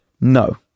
no